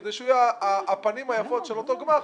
כדי שהוא יהיה הפנים היפות של אותו גמ"ח,